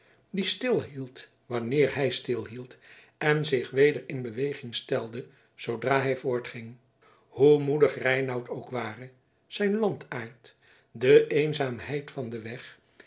die stilhield wanneer hij stilhield en zich weder in beweging stelde zoodra hij voortging hoe moedig reinout ook ware zijn landaard de eenzaamheid van den weg